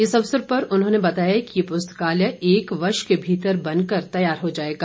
इस अवसर पर उन्होंने बताया कि ये पुस्तकालय एक वर्ष के भीतर बन कर तैयार हो जाएगा